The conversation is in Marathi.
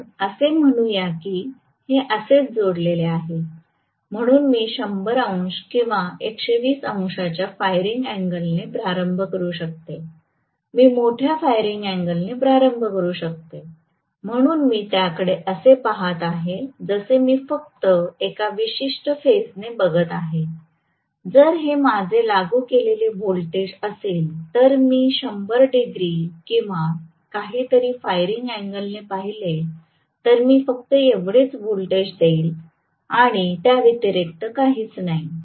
तर असे म्हणूया की हे असेच जोडलेले आहे म्हणून मी 100 अंश किंवा 120 अंशांच्या फायरिंग अँगल ने प्रारंभ करू शकते मी मोठ्या फायरिंग अँगल ने प्रारंभ करू शकते म्हणून मी त्याकडे असे पाहत आहे जसे मी फक्त एका विशिष्ट फेजने बघत आहे जर हे माझे लागू केलेले व्होल्टेज असेल जर मी 100 डिग्री किंवा काहीतरी फायरिंग अँगल ने पाहिले तर मी फक्त एवढेच व्होल्टेज देईल आणि त्याव्यतिरिक्त काहीच नाही